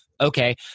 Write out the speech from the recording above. Okay